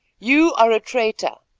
you are a traitor.